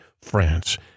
France